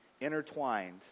intertwined